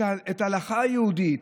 ההלכה היהודית,